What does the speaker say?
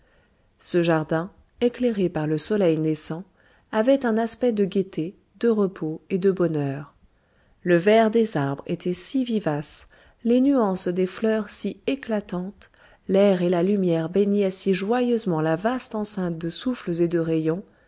ce jardin éclairé par le soleil naissant avait un aspect de gaieté de repos et de bonheur le vert des arbres était si vivace les nuances des fleurs si éclatantes l'air et la lumière baignaient si joyeusement la vaste enceinte de souffles et de rayons